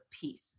peace